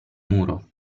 muro